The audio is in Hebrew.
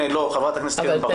חברת הכנסת קרן ברק, לא.